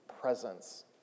presence